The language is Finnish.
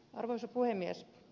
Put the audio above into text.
arvoisa puhemies